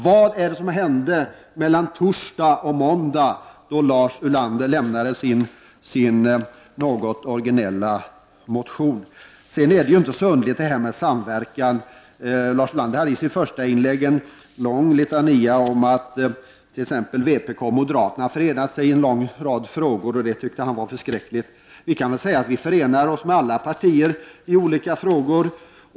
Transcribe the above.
Vad hände mellan torsdag och måndag, då Lars Ulander lämnade sin något orginella motion? Detta med samverkan är inte så underligt. Lars Ulander hade i sitt första inlägg en lång litania om att t.ex. vpk och moderaterna förenat sig i en lång rad frågor, vilket han tyckte var förskräckligt. Vi kan väl säga att vi förenar oss med alla partier i olika frågor.